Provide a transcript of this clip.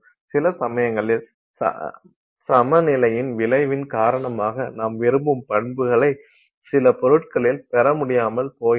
சில சமயங்களில் சமநிலை விளைவின் காரணமாக நாம் விரும்பும் பண்புகளை சில பொருட்களில் பெற முடியாமல் போகிறது